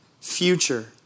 future